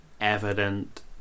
evident